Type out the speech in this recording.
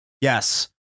yes